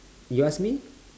you ask me